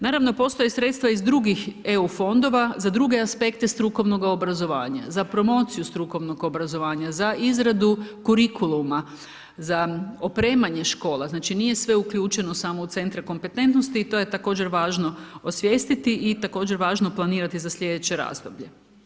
Naravno postoje sredstva iz drugih EU fondova za druge aspekte strukovnoga obrazovanja, za promociju strukovnog obrazovanja, za izradu kurikuluma, za opremanje škole, znači nije sve uključeno samo u centre kompetentnosti, to je također važno osjetiti i također važno planirati za sljedeće razdoblje.